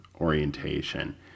orientation